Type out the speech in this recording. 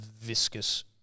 viscous